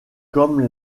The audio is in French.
comme